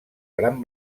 gran